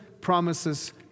promises